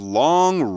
long